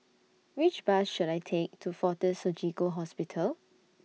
Which Bus should I Take to Fortis Surgical Hospital